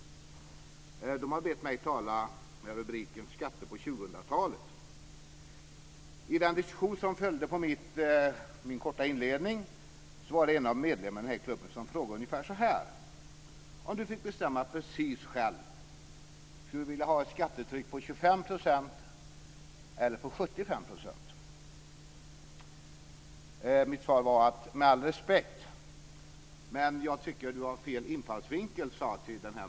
Man hade bett mig tala under rubriken "Skatter på 2000-talet". I den diskussion som följde på min korta inledning var det en medlem i klubben som frågade ungefär så här: Om du fick bestämma precis själv, skulle du då vilja ha ett skattetryck på 25 % eller på 75 %? Mitt svar var: Med all respekt tycker jag att du har fel infallsvinkel.